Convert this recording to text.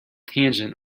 tangent